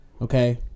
okay